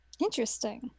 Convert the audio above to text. interesting